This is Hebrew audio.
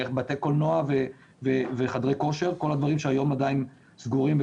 בתי קולנוע וחדרי כושר כל הדברים שהיום עדיין סגורים,